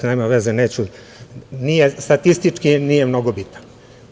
Nema veze, neću, statistički nije mnogo bitno.